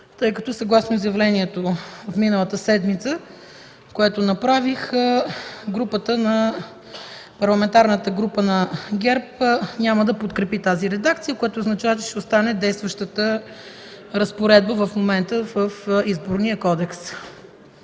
тъй като съгласно изявлението от миналата седмица, което направих, Парламентарната група на ГЕРБ няма да подкрепи тази редакция, което означава, че ще остане действащата разпоредба в момента в Изборния кодекс.